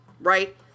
right